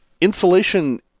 Insulation